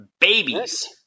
babies